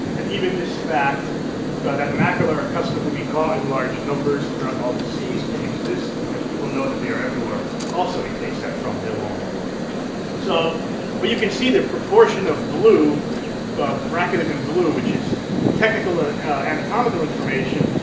and even this fact, but that mackerel are accustomed to be caught in large numbers throughout all the seas, can exist because people know that they are everywhere also, he takes that from belon. so but you can see the proportion of blue bracketed in blue, which is technical ah and anatomical information,